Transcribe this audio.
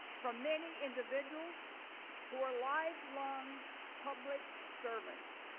from many individuals who are lifelong public sir vans.